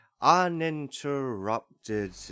uninterrupted